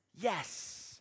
yes